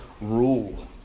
rule